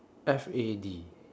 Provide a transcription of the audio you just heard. F A D